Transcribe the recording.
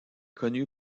connue